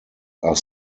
are